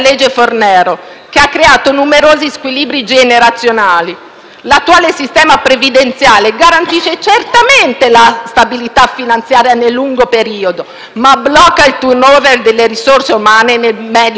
L'attuale sistema previdenziale garantisce certamente la stabilità finanziaria nel lungo periodo, ma blocca il *turnover* delle risorse umane nel medio periodo. Per questo assistiamo a migliaia di giovani costretti a scappare